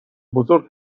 بزرگ